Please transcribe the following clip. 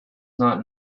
not